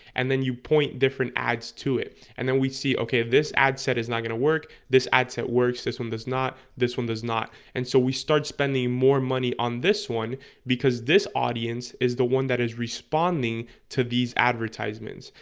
and then you point different ads to it and then we see okay this ad set is not going to work this ad set works this one does not the does not and so we start spending more money on this one because this audience is the one that is responding to these advertisements,